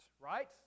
right